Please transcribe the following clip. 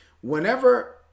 Whenever